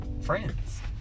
friends